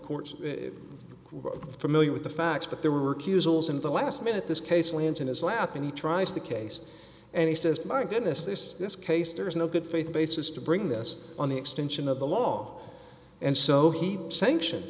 courts familiar with the facts but there were queues holes in the last minute this case lands in his lap and he tries the case and he says my goodness this this case there is no good faith basis to bring this on the extension of the law and so he sanction